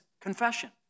confession